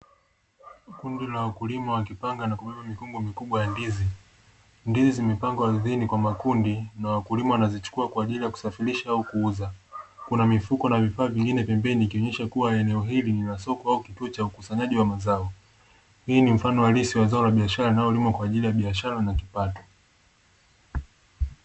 Kundi la wakulima wakipanga nakubeba mikungu mikubwa ya ndizi ndizi zimepangwa ardhini kwa makundi na wakulima wanazichukua kwa ajili ya kusafirisha au kuuza, kuna mifuko na vifaa vingine pembeni ikionyesha kuwa eneo hili ni la soko au, cha ukusanyaji wa mazao hii ni mfano halisi wa zao la biashara inayolimwa kwa ajili ya biashara na kipato.